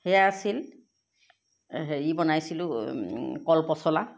সেয়া আছিল হেৰি বনাইছিলোঁ কলপচলা